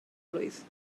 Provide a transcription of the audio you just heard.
blwydd